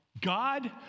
God